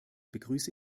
begrüße